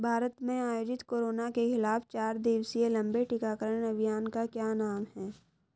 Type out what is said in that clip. भारत में आयोजित कोरोना के खिलाफ चार दिवसीय लंबे टीकाकरण अभियान का क्या नाम है?